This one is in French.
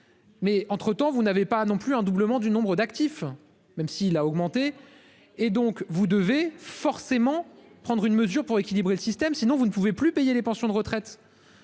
Mais entre temps vous n'avez pas non plus un doublement du nombre d'actifs, même s'il a augmenté. Et donc vous devez forcément prendre une mesure pour équilibrer le système, sinon vous ne pouvez plus payer les pensions de retraite.